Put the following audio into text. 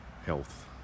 Health